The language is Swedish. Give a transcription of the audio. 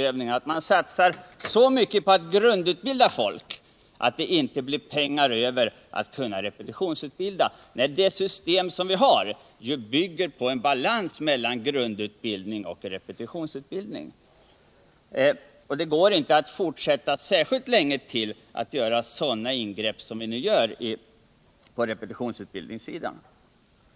nämligen att satsa så mycket på att grundutbilda folk att det inte blir pengar över till att repetitionsutbilda. Det utbildningssystem riksdagen antagit bygger på en balans mellan grundutbildning och repetitionsutbildning. Det går då inte länge till att göra sådana ingrepp som nu görs på repetitionsutbildningssidan.